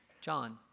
John